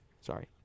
Sorry